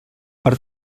per